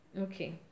okay